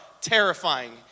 terrifying